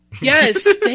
Yes